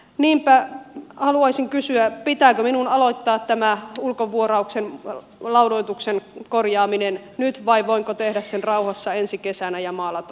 niinpä haluaisin kysyä pitääkö minun aloittaa tämä ulkovuorauksen laudoituksen korjaaminen nyt vai voinko tehdä sen rauhassa ensi kesänä ja maalata talon päälle